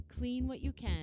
Cleanwhatyoucan